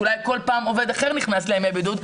כי אולי כל פעם עובד אחר נכנס לימי בידוד,